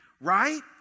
right